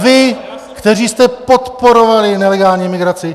Vy, kteří jste podporovali nelegální migraci.